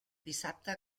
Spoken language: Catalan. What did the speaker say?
dissabte